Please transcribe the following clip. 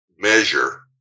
measure